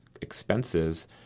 expenses